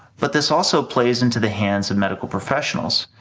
but this also plays into the hands of medical professionals,